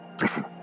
Listen